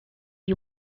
you